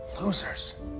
Losers